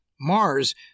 Mars